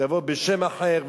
תבוא בשם אחר,